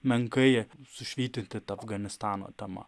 menkai sušvyti ta afganistano tema